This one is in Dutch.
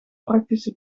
praktische